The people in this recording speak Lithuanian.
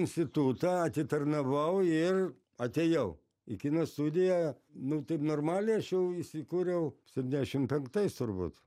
institutą atitarnavau ir atėjau į kino studiją nu taip normaliai aš jau įsikūriau septyniasdešim penktais turbūt